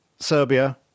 serbia